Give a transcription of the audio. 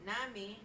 Nami